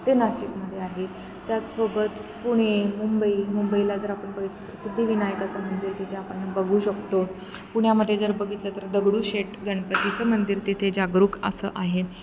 ते नाशिकमध्ये आहे त्याचसोबत पुणे मुंबई मुंबईला जर आपण बघित सिद्धिविनायकाचं मंदिर तिथे आपण बघू शकतो पुण्यामध्ये जर बघितलं तर दगडूशेठ गणपतीचं मंदिर तिथे जागरूक असं आहे